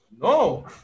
No